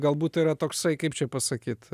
galbūt yra toksai kaip čia pasakyti